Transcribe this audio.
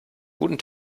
guten